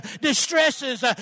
distresses